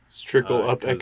trickle-up